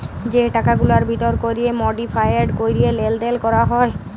যে টাকাগুলার ভিতর ক্যরে মডিফায়েড ক্যরে লেলদেল ক্যরা হ্যয়